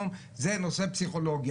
זה נושא פסיכולוגי.